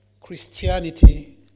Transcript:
Christianity